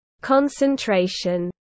concentration